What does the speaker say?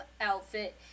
outfit